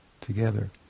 together